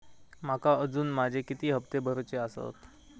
माका अजून माझे किती हप्ते भरूचे आसत?